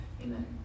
Amen